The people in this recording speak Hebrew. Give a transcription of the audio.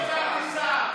איך אפשר בלי שר?